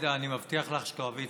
ומקבוצות אוכלוסייה מוחלשות.